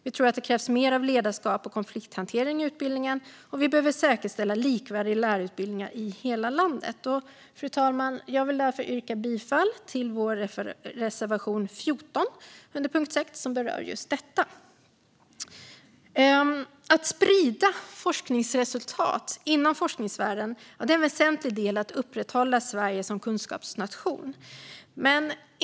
Vi tror att det krävs mer ledarskap och konflikthantering inom utbildningen, och vi behöver säkerställa likvärdiga lärarutbildningar i hela landet. Därför, fru talman, vill jag yrka bifall till vår reservation 14 under punkt 6, som berör just detta. Att sprida forskningsresultat inom forskningssfären är en väsentlig del i att upprätthålla Sverige som kunskapsnation.